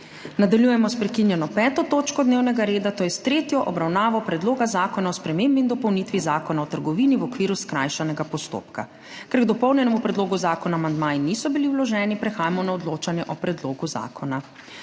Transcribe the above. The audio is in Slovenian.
Nadaljujemo s prekinjeno 5. točko dnevnega reda, to je s tretjo obravnavo Predloga zakona o spremembi in dopolnitvi Zakona o trgovini v okviru skrajšanega postopka. Ker k dopolnjenemu predlogu zakona amandmaji niso bili vloženi, prehajamo na odločanje o predlogu zakona.